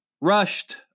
rushed